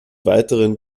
weiteren